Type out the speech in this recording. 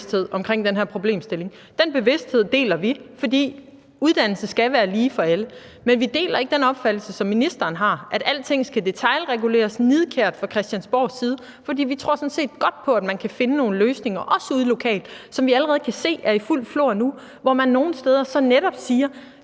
den bevidsthed deler vi. For uddannelse skal være lige for alle, men vi deler ikke den opfattelse, som ministeren har om, at alting skal detailreguleres nidkært fra Christiansborgs side. For vi tror sådan set godt på, at man også derude lokalt kan finde nogle løsninger, som vi allerede nu kan se er i fuld flor, hvor man nogle steder så netop siger,